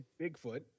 Bigfoot